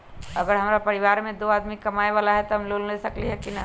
अगर हमरा परिवार में दो आदमी कमाये वाला है त हम लोन ले सकेली की न?